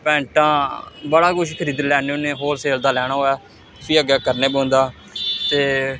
पैंटां बड़ा कुछ खरीदी लैन्ने होन्ने होल शैल दा लैना होऐ फ्ही अग्गें करने पौंदा ते